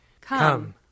Come